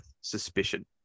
suspicion